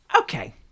Okay